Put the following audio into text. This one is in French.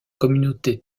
communauté